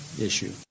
issue